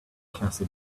cassie